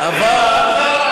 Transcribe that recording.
אבל, רגע, רגע.